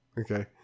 Okay